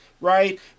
Right